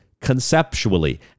conceptually